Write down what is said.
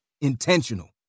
Intentional